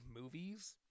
movies